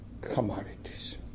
commodities